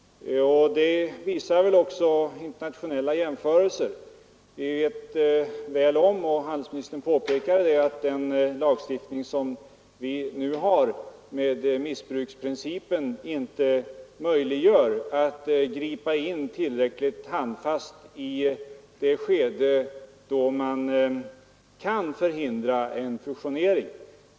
Det visar också internationella jämförelser. Vi vet väl om — och handelsministern påpekade det — att den lagstiftning som vi nu har, med missbruksprincipen, inte gör det möjligt att ingripa tillräckligt handfast i det skede då man kan förhindra en fusionering.